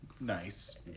Nice